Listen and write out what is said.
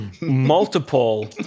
multiple